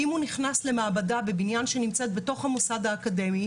אם הוא נכנס למעבדה בבניין שנמצא בתוך המוסד האקדמי,